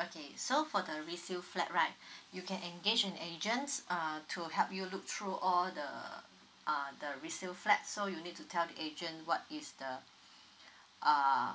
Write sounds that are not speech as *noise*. okay so for the resale flat right *breath* you can engage in agents uh to help you look through all the uh the resale flat so you need to tell agent what is the uh